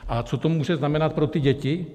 A co to může znamenat pro ty děti?